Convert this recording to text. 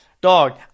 Dog